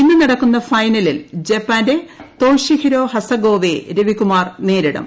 ഇന്ന് നടക്കുന്ന ഫൈനലിൽ ജപ്പാന്റെ തോഷിഹിരോ ഹസേഗാവയെ രവികുമാർ നേരിടും